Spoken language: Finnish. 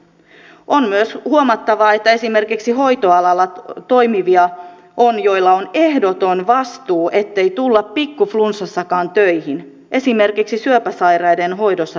on myös huomattava että on esimerkiksi hoitoalalla toimivia joilla on ehdoton vastuu ettei tulla pikkuflunssassakaan töihin esimerkiksi syöpäsairaiden hoidossa työskentelevien osalta